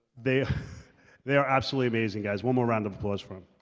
they ah they are absolutely amazing guys one more round of applause from